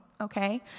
Okay